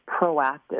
proactive